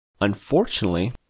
Unfortunately